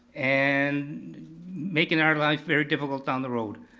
and making our lives very difficult down the road.